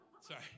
sorry